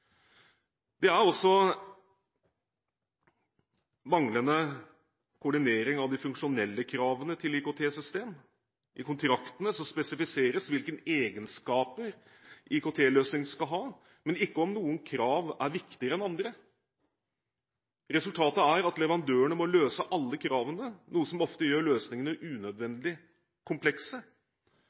Det er også manglende koordinering av de funksjonelle kravene til IKT-system. I kontraktene spesifiseres hvilke egenskaper IKT-løsningen skal ha, men ikke om noen krav er viktigere enn andre. Resultatet er at leverandørene må løse alle kravene, noe som ofte gjør løsningene unødvendig komplekse,